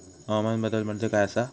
हवामान बदल म्हणजे काय आसा?